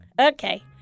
Okay